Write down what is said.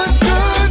good